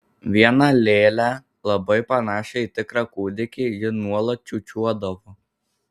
vieną lėlę labai panašią į tikrą kūdikį ji nuolat čiūčiuodavo